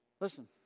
Listen